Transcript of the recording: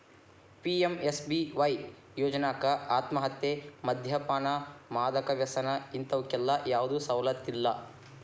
PMSBY ಯೋಜ್ನಾಕ ಆತ್ಮಹತ್ಯೆ, ಮದ್ಯಪಾನ, ಮಾದಕ ವ್ಯಸನ ಇಂತವಕ್ಕೆಲ್ಲಾ ಯಾವ್ದು ಸವಲತ್ತಿಲ್ಲ